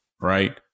Right